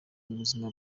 ubuzima